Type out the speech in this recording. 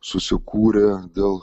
susikūrė dėl